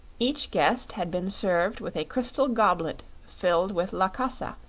each guest had been served with a crystal goblet filled with lacasa,